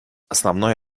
основной